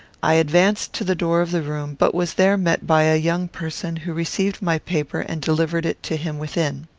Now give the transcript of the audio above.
i advanced to the door of the room, but was there met by a young person, who received my paper and delivered it to him within.